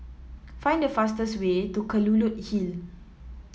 find the fastest way to Kelulut Hill